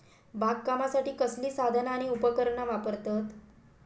बागकामासाठी कसली साधना आणि उपकरणा वापरतत?